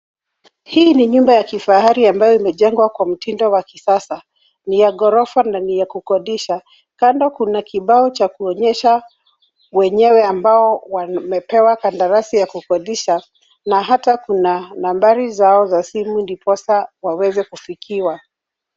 Hii ni nyumba ya kifahari ambayo imejengwa kwa mtindo wa kisasa. Ni ya ghorofa na ni ya kukodisha. Kando kuna kibao cha kuonyesha mwenyewe ambao wamepewa kandarasi ya kukodisha na hata kuna nambari zao za simu ndiposa waweze kufikiwa.